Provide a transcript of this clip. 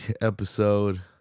episode